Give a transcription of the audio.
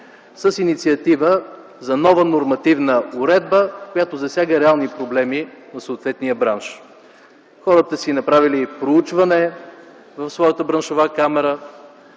с инициатива за нова нормативна уредба, която засяга реални проблеми на съответния бранш. Хората си направили проучване в своята браншова камара,